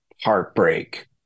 heartbreak